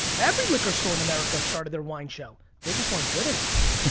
every liquor store in america started their wine show. they just weren't good enough.